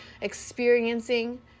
experiencing